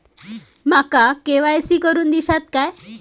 माका के.वाय.सी करून दिश्यात काय?